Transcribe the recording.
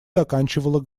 доканчивала